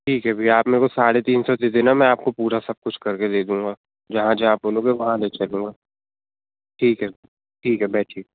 ठीक है जी आप मेरे को साढ़े तीन सौ दे देना मैं आपको पूरा सब कुछ करके दे दूँगा जहाँ जहाँ आप बोलोगे वहाँ ले जाया करो ठीक है ठीक है बैठिए